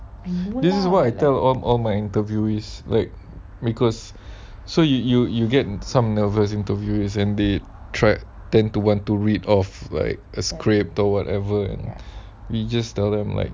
this is what I tell al~ all my interviewees like because so you you get uh some nervous interview the same day try hard turn to what to read of like a script talk whatever and we just tell them like